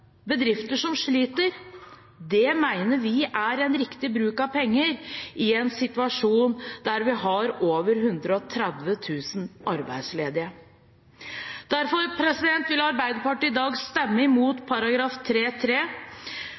bedrifter som sliter. Det mener vi er en riktig bruk av penger i en situasjon der vi har over 130 000 arbeidsledige. Derfor vil Arbeiderpartiet i dag stemme imot